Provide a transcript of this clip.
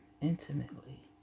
intimately